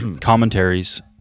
commentaries